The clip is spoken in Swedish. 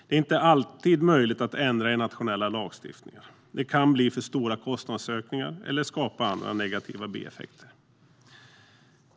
Det är inte alltid möjligt att ändra i nationella lagstiftningar. Det kan bli för stora kostnadsökningar eller skapa andra negativa bieffekter.